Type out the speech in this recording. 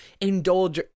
indulge